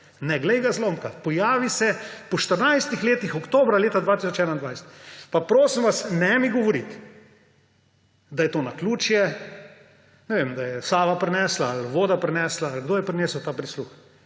Ne glej ga zlomka! Pojavi se po 14 letih oktobra leta 2021. Pa prosim vas, ne mi govoriti, da je to naključje; ne vem, da je Sava prinesla, ali voda prinesla, ali kdo je prinesel ta prisluh.